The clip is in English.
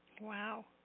Wow